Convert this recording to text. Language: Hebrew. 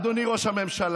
אדוני ראש הממשלה.